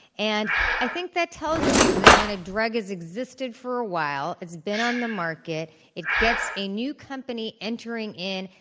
and i think that tells you that when a drug has existed for a while, it's been on the market, it gets a new company entering in,